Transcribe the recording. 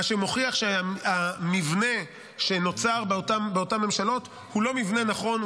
מה שמוכיח שהמבנה שנוצר באותן ממשלות הוא לא מבנה נכון.